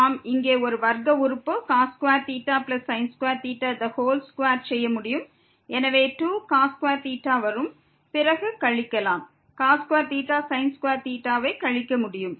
நாம் இங்கே ஒரு வர்க்க உறுப்பு 2வை செய்ய முடியும் எனவே 2 வரும் பிறகு கழிக்கலாம் ஐ கழிக்க முடியும்